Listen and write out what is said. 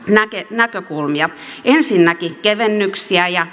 näkökulmia ensinnäkin kevennyksiä ja